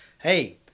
hey